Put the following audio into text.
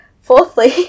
fourthly